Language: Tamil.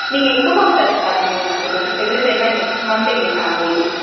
நீங்கள் எப்போ மேம் தைச்சி தர முடியும் எனக்கு ட்வெண்ட்டி ஃபைவ் செட்ஸ் ஏன்னால் நெக்ஸ்ட் மந்து எங்களுக்கு ஆன்வல் டே